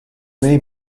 may